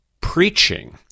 preaching